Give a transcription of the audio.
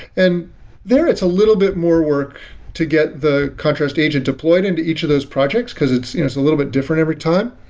and there is a little bit more work to get the contrast agent deployed into each of those projects, because it's it's a little bit different every time.